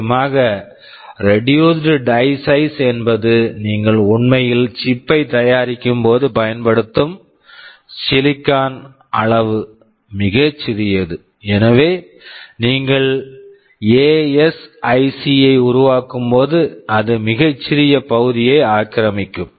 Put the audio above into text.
நிச்சயமாக reduced reduced die size dye sizeஎன்பது நீங்கள் உண்மையில் சிப் chip பை தயாரிக்கும்போது பயன்படுத்தும் சிலிக்கான் silicon அளவு மிகச் சிறியது எனவே நீங்கள் எஎஸ்ஐசி ASIC ஐ உருவாக்கும்போது அது மிகச் சிறிய பகுதியை ஆக்கிரமிக்கும்